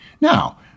Now